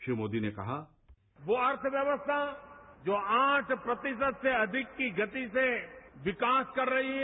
श्री मोदी ने कहा वो अर्थव्यवस्था जो आठ प्रतिशत से अधिक की गति से विकास कर रही है